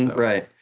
right.